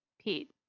Pete